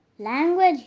language